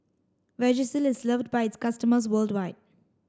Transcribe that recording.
Vagisil is loved by its customers worldwide